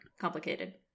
Complicated